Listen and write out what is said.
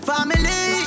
Family